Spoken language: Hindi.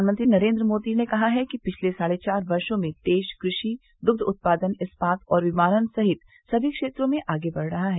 प्रधानमंत्री नरेन्द्र मोदी ने कहा है कि पिछले साढ़े चार वर्षो में देश कृषि दुग्ध उत्पादन इस्पात और विमानन सहित सभी क्षेत्रों में आगे बढ़ रहा है